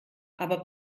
aber